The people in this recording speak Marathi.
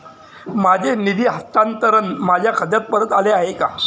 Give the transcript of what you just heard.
माझे निधी हस्तांतरण माझ्या खात्यात परत आले आहे